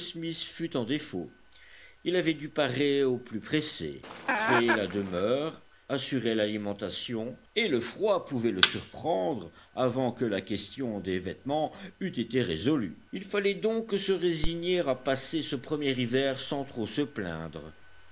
smith fut en défaut il avait dû parer au plus pressé créer la demeure assurer l'alimentation et le froid pouvait le surprendre avant que la question des vêtements eût été résolue il fallait donc se résigner à passer ce premier hiver sans trop se plaindre